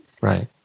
Right